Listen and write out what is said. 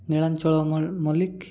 Nilanchal Mallick